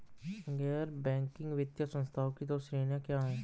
गैर बैंकिंग वित्तीय संस्थानों की दो श्रेणियाँ क्या हैं?